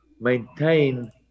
maintain